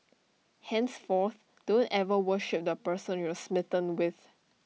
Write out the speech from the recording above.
henceforth don't ever worship the person you're smitten with